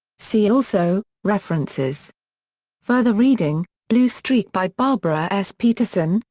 see also references further reading blue streak by barbara s. peterson,